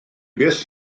byth